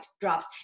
drops